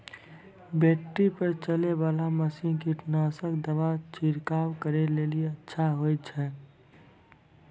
Battery पर चलै वाला मसीन कीटनासक दवा छिड़काव करै लेली अच्छा होय छै?